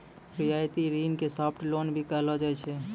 रियायती ऋण के सॉफ्ट लोन भी कहलो जाय छै